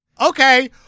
okay